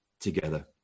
together